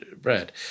bread